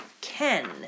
Ken